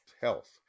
Health